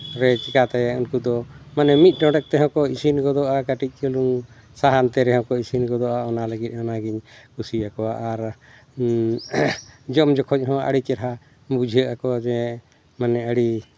ᱨᱮ ᱪᱤᱠᱟᱛᱮ ᱩᱱᱠᱩ ᱫᱚ ᱢᱟᱱᱮ ᱢᱤᱫ ᱰᱚᱸᱰᱮᱠ ᱛᱮᱦᱚᱸ ᱠᱚ ᱤᱥᱤᱱ ᱜᱚᱫᱚᱜᱼᱟ ᱠᱟᱹᱴᱤᱡ ᱪᱩᱞᱩᱝ ᱥᱟᱦᱟᱱ ᱛᱮ ᱨᱮᱦᱚᱸ ᱠᱚ ᱤᱥᱤᱱ ᱜᱚᱫᱚᱜ ᱚᱱᱟ ᱞᱟᱹᱜᱤᱫ ᱚᱱᱟ ᱜᱤᱧ ᱠᱩᱥᱤᱭᱟᱠᱚᱣᱟ ᱟᱨ ᱡᱚᱢ ᱡᱚᱠᱷᱚᱡ ᱦᱚᱸ ᱟᱹᱰᱤ ᱪᱮᱦᱨᱟ ᱵᱩᱡᱷᱟᱹᱜ ᱟᱠᱚ ᱡᱮ ᱟᱹᱰᱤ